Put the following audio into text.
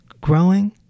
growing